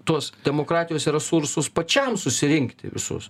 tuos demokratijos resursus pačiam susirinkti visus